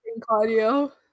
Claudio